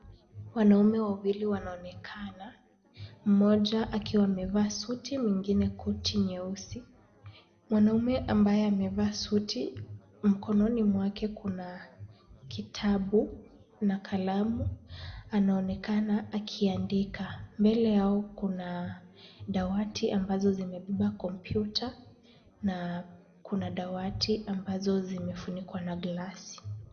Wanaume wawili wanaonekana; mmoja akiwa amevaa suti mwingine koti nyeusi. Mwanaume ambaye amevaa suti mkononi mwake kuna kitabu na kalamu. Anaonekana akiandika. Mbele yao kuna dawati ambazo zimebeba kompyuta na kuna dawati ambazo zimefunikwa na glasi.